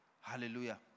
Hallelujah